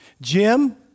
Jim